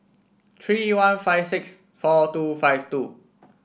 three one five six four two five two